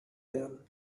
werden